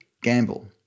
gamble